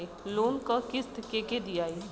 Loan क किस्त के के दियाई?